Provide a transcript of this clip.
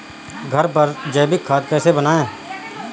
घर पर जैविक खाद कैसे बनाएँ?